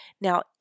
Now